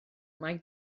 mai